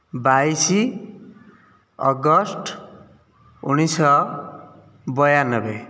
ବାଇଶି ଅଗଷ୍ଟ ଉଣେଇଶହ ଵୟାନବେ